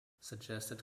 suggested